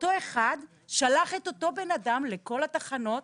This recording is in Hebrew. אותו אחד שלח את אותו בן אדם לכל התחנות.